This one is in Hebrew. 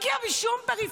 הוא לא הגיע משום פריפריה.